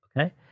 Okay